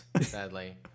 sadly